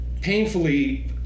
painfully